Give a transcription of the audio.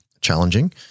challenging